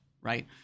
right